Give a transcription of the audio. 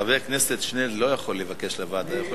חבר הכנסת שנלר לא יכול לבקש להעביר לוועדה.